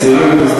מתנגדים.